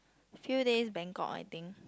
few days Bangkok I think